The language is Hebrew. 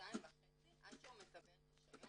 לשנתיים-שנתיים וחצי עד שהוא מקבל רישיון.